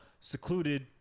secluded